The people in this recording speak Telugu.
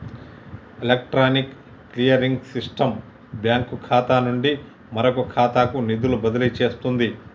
ఎలక్ట్రానిక్ క్లియరింగ్ సిస్టం బ్యాంకు ఖాతా నుండి మరొక ఖాతాకు నిధులు బదిలీ చేస్తుంది